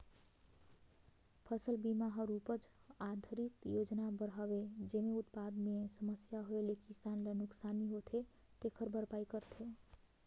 फसल बिमा हर उपज आधरित योजना बर हवे जेम्हे उत्पादन मे समस्या होए ले किसान ल नुकसानी होथे तेखर भरपाई करथे